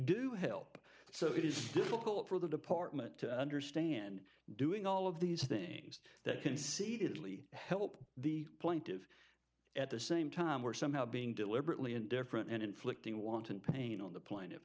do help so it is difficult for the department to understand doing all of these things that can see it really help the plaintive at the same time we're somehow being deliberately indifferent and inflicting wanton pain on the planet